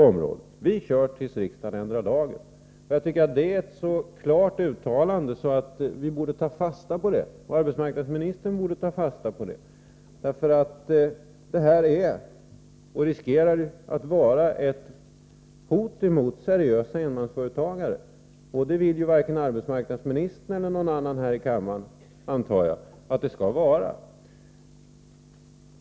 De säger alltså att de fortsätter som tidigare tills riksdagen ändrar lagen. Jag tycker att detta är ett så klart uttalande, att vi borde ta fasta på det. Arbetsmarknadsministern borde ta fasta på det, eftersom det finns risk för att detta kan vara ett hot mot seriösa enmansföretagare. Det vill väl varken arbetsmarknadsministern eller någon annan här i kammaren, antar jag, att det skall vara.